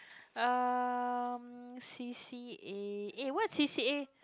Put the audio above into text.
um C_C_A eh what C_C_A